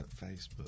facebook